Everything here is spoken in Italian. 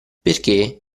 perché